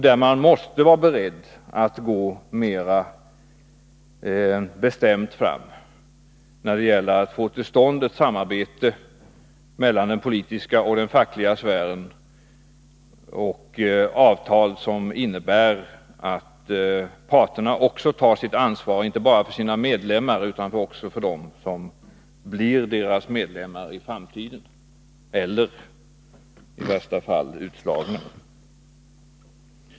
Där måste man vara beredd att gå mera bestämt fram när det gäller att få till stånd ett samarbete mellan den politiska och den fackliga sfären samt avtal som innebär att parterna också tar sitt ansvar, inte bara för sina medlemmar utan också för dem som blir deras medlemmar i framtiden eller som — i värsta fall — blir utslagna.